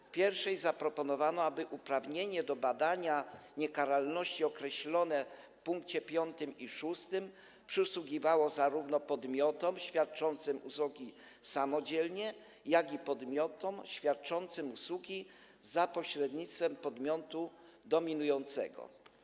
W pierwszej zaproponowano, aby uprawnienie do badania niekaralności określone w pkt 5 i 6 przysługiwało zarówno podmiotom świadczącym usługi samodzielnie, jak i podmiotom świadczącym usługi za pośrednictwem podmiotu dominującego.